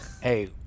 Hey